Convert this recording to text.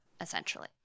essentially